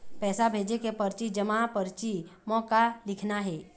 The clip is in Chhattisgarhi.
पैसा भेजे के परची जमा परची म का लिखना हे?